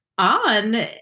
on